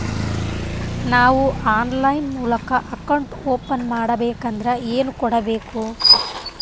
ನಾವು ಆನ್ಲೈನ್ ಮೂಲಕ account open ಮಾಡಬೇಂಕದ್ರ ಏನು ಕೊಡಬೇಕು?